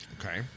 Okay